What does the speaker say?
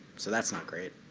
so that's not great.